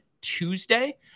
Tuesday